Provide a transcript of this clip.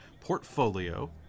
portfolio